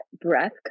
breath